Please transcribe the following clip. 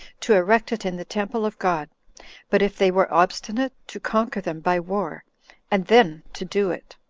to erect it in the temple of god but if they were obstinate, to conquer them by war and then to do it.